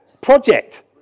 project